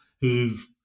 who've